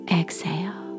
exhale